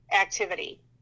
activity